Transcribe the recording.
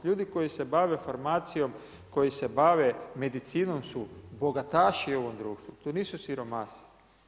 Ljudi koji se bave farmacijom, koji se bave medicinom su bogataši u ovom društvu, to nisu siromasi.